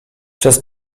przez